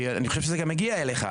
כי אני חושב שזה גם הגיע אליך.